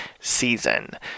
season